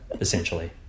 Essentially